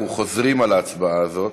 אנחנו חוזרים על ההצבעה הזאת.